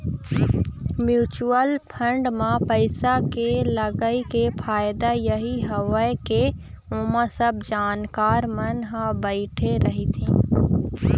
mutual fund म पइसा के लगई के फायदा यही हवय के ओमा सब जानकार मन ह बइठे रहिथे